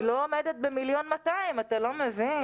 היא לא עומדת ב-1.2 מיליון, אתה לא מבין?